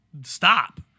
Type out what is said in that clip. stop